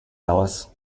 alice